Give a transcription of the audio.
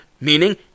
Meaning